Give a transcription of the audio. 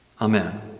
Amen